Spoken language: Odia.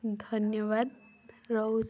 ଧନ୍ୟବାଦ ରହୁଛି